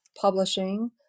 publishing